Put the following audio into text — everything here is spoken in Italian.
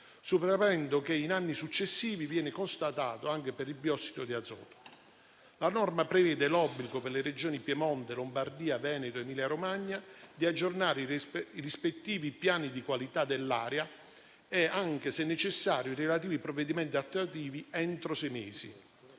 superamento che in anni successivi viene constatato anche per il biossido di azoto. La norma prevede l'obbligo, per le Regioni Piemonte, Lombardia, Veneto ed Emilia-Romagna, di aggiornare i rispettivi piani di qualità dell'aria e anche, se necessario, i relativi provvedimenti attuativi, entro sei mesi.